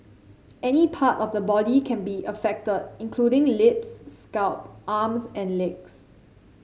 any part of the body can be affected including lips scalp arms and legs